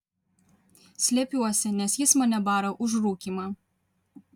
slepiuosi nes jis mane bara už rūkymą